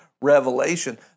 revelation